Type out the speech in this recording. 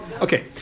okay